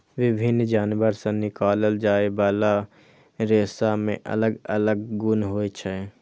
विभिन्न जानवर सं निकालल जाइ बला रेशा मे अलग अलग गुण होइ छै